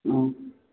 ꯎꯝ